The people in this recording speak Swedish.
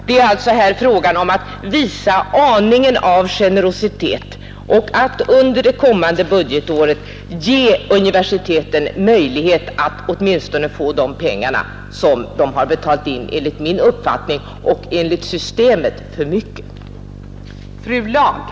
Det är här fråga om att visa aningen av generositet och att under det kommande budgetåret ge universiteten möjlighet att åtminstone få de pengar som de enligt min uppfattning och enligt systemet har betalt in för mycket.